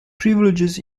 privileges